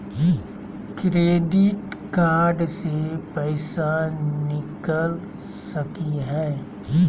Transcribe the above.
Credit card से पैसा निकल सकी हय?